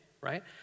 right